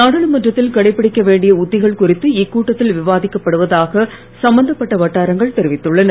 நாடாளுமன்றத்தில் கடைபிடிக்க வேண்டிய உத்திகள் குறித்து இக்கூட்டத்தில் விவாதிக்கப்படுவதாக சம்பந்தப்பட்ட வட்டாரங்கள் தெரிவித்துள்ளன